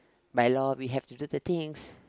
by law we have to do the things